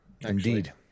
indeed